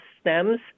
stems